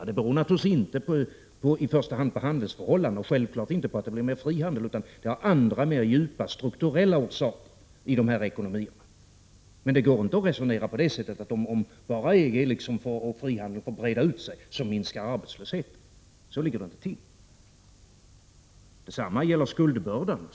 Men det beror naturligtvis inte i första hand på handelsförhållanden och självfallet inte på att det blir mer frihandel utan på andra mer djupa strukturella orsaker i EG-ekonomierna. Det går inte att resonera som så att om bara frihandeln får breda ut sig minskar arbetslösheten. Så ligger det inte till. Detsamma gäller skuldbördan.